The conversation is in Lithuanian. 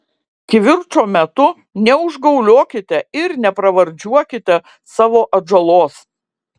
kivirčo metu neužgauliokite ir nepravardžiuokite savo atžalos